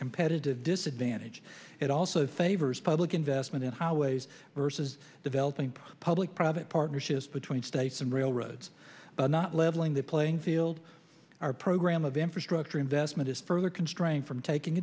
competitive disadvantage it also think public investment in how ways versus developing public private partnerships between states and railroads not leveling the playing field our program of infrastructure investment is further constrained from taking